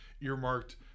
earmarked